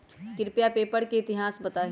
कृपया पेपर के इतिहास बताहीं